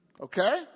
Okay